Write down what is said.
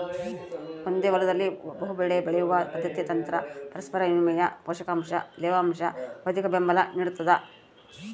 ಒಂದೇ ಹೊಲದಲ್ಲಿ ಬಹುಬೆಳೆ ಬೆಳೆಯುವ ಪದ್ಧತಿ ತಂತ್ರ ಪರಸ್ಪರ ವಿನಿಮಯ ಪೋಷಕಾಂಶ ತೇವಾಂಶ ಭೌತಿಕಬೆಂಬಲ ನಿಡ್ತದ